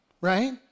right